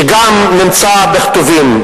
שגם נמצא בכתובים: